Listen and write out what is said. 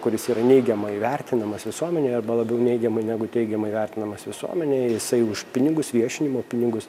kuris yra neigiamai vertinamas visuomenėje arba labiau neigiamai negu teigiamai vertinamas visuomenėj jisai už pinigus viešinimo pinigus